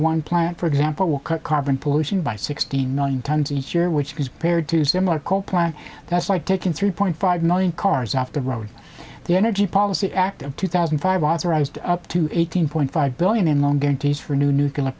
one plant for example will cut carbon pollution by sixty million tons each year which is paired to similar coal plant that's like taking three point five million cars off the road the energy policy act of two thousand and five authorized up to eighteen point five billion in loan guarantees for new nuclear